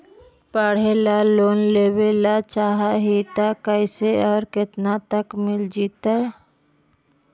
पढ़े ल लोन लेबे ल चाह ही त कैसे औ केतना तक मिल जितै?